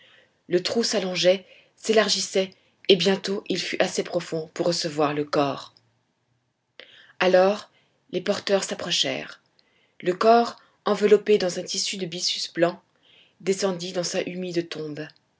le trou s'allongeait s'élargissait et bientôt il fut assez profond pour recevoir le corps alors les porteurs s'approchèrent le corps enveloppé dans un tissu de byssus blanc descendit dans sa humide tombe